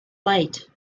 light